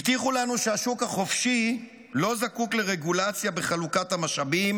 הבטיחו לנו שהשוק החופשי לא זקוק לרגולציה בחלוקת המשאבים,